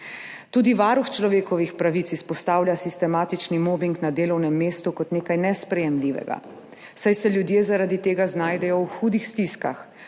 Tudi Varuh človekovih pravic izpostavlja sistematični mobing na delovnem mestu kot nekaj nesprejemljivega, saj se ljudje zaradi tega znajdejo v hudih stiskah.